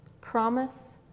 promise